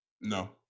No